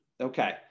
Okay